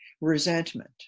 resentment